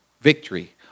victory